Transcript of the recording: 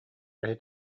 киһи